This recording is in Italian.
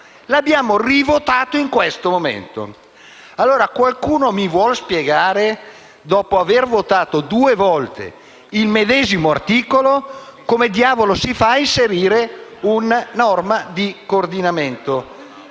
abbiamo rivotato in questo momento. Allora, qualcuno mi vuole spiegare, dopo aver votato due volte il medesimo articolo, come diavolo si fa a inserire una norma di coordinamento?